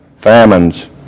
famines